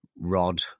Rod